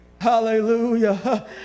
Hallelujah